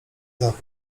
zawód